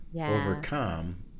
overcome